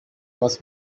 was